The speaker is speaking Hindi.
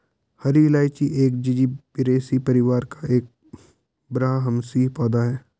हरी इलायची एक जिंजीबेरेसी परिवार का एक बारहमासी पौधा है